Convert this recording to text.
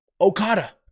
Okada